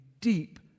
deep